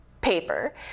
paper